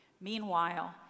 Meanwhile